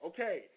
Okay